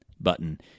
button